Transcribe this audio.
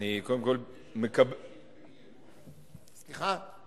מותר לבקש הודעה אישית